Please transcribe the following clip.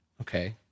okay